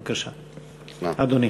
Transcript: בבקשה, אדוני.